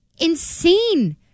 insane